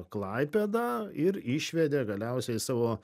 klaipėdą ir išvedė galiausiai savo